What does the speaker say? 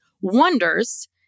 wonders